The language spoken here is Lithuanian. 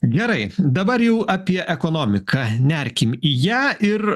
gerai dabar jau apie ekonomiką nerkim į ją ir